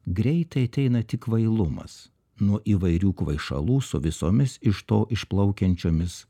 greitai ateina tik kvailumas nuo įvairių kvaišalų su visomis iš to išplaukiančiomis